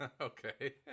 Okay